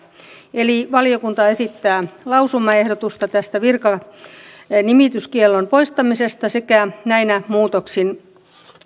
eli valiokunta esittää lausumaehdotusta tästä virkanimityskiellon poistamisesta sekä näillä muutoksin